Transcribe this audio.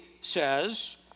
says